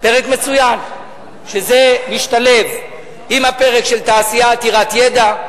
פרק מצוין, שמשתלב עם הפרק של תעשייה עתירת ידע,